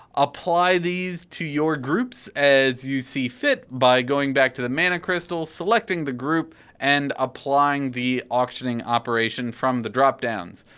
apply these to your groups as you see fit, by going back to the mana crystal, selecting the group and applying the auctioning operation from the drop downs.